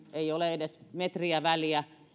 ei ole edes metriä väliä